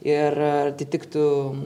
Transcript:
ir ar atitiktų